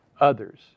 others